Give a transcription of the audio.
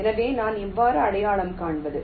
எனவே நான் எவ்வாறு அடையாளம் காண்பது